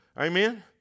Amen